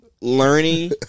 learning